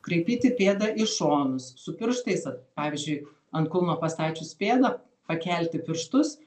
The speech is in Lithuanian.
kraipyti pėdą į šonus su pirštais at pavyzdžiui ant kulno pastačius pėdą pakelti pirštus